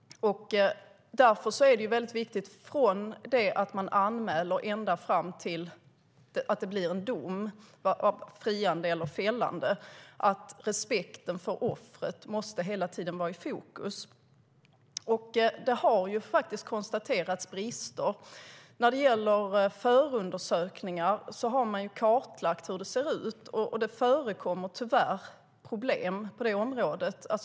Därför är det viktigt att respekten för offret hela tiden måste vara i fokus, från att man anmäler fram till att det blir en dom, friande eller fällande. Brister har faktiskt konstaterats. När det gäller förundersökningar har man kartlagt hur det ser ut, och det förekommer tyvärr problem på området.